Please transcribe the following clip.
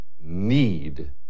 need